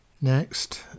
Next